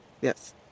Yes